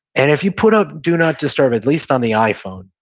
and if you put up do not disturb, at least on the iphone,